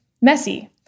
messy